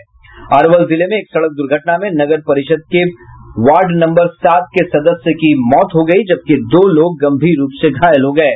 अरवल जिले में एक सड़क दुर्घटना में नगर परिषद् के वार्ड नंबर सात के सदस्य की मौत हो गयी जबकि दो लोग गम्भीर रूप से घायल हो गये